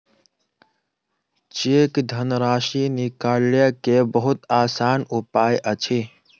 cheque धनराशि निकालय के बहुत आसान उपाय अछि